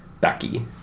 Becky